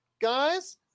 Guys